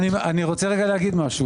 לא, לא, אני רוצה רגע להגיד משהו.